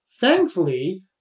thankfully